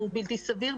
והוא בלתי סביר.